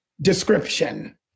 description